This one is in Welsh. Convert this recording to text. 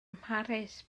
mharis